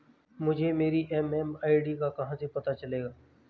मुझे मेरी एम.एम.आई.डी का कहाँ से पता चलेगा?